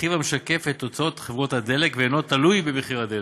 רכיב המשקף את הוצאות חברות הדלק ואינו תלוי במחיר הדלק,